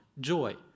joy